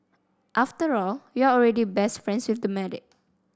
after all you're already best friends with the medic